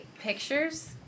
pictures